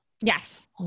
Yes